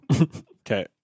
Okay